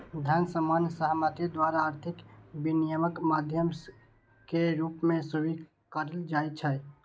धन सामान्य सहमति द्वारा आर्थिक विनिमयक माध्यम के रूप मे स्वीकारल जाइ छै